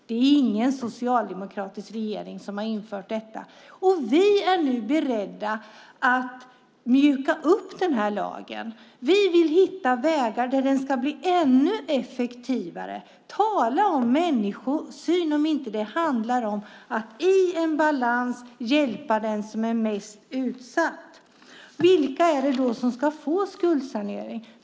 Det är ingen socialdemokratisk regering som har infört den. Vi är nu beredda att mjuka upp skuldsaneringslagen. Vi vill hitta vägar för att den ska bli ännu effektivare. Tala om människosyn, om det inte handlar om att i en balans hjälpa den som är mest utsatt. Vilka är det då som ska få skuldsanering?